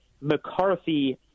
McCarthy